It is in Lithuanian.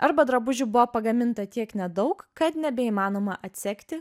arba drabužių buvo pagaminta tiek nedaug kad nebeįmanoma atsekti